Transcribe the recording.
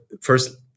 first